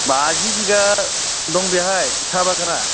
बाजि बिघा दं बेहाय साहा बागाना